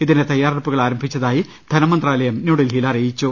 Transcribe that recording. ഇതിന്റെ തയാറെടുപ്പുകൾ ആരംഭിച്ചതായി ധനമന്ത്രാലയം ന്യൂഡൽഹിയിൽ അറിയിച്ചു